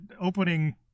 opening